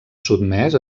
sotmès